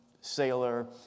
sailor